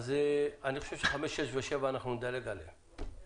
אז 5,6 ו-7 נדלג עליהם.